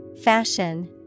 Fashion